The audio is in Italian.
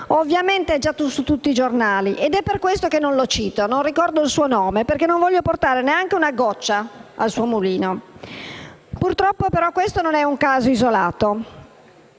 Ovviamente è già su tutti i giornali ed è per questo che non lo cito: non ricordo il suo nome perché non voglio portare neppure una goccia al suo mulino. Purtroppo, però, questo non è un caso isolato.